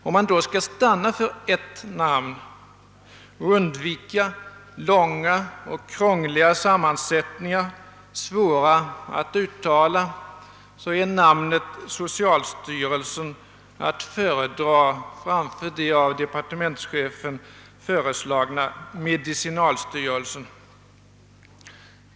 Om man då kan stanna för ett namn och undvika långa och krångliga sammansättningar, svåra att uttala, är namnet socialstyrelsen att föredra framför det av departementschefen föreslagna medicinalstyrelsen.